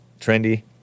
Trendy